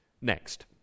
Next